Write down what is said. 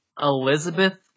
Elizabeth